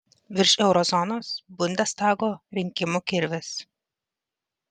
virš euro zonos bundestago rinkimų kirvis